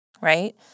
right